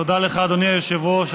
תודה לך, אדוני היושב-ראש.